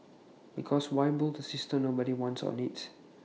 because why build A system nobody wants or needs